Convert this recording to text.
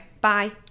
Bye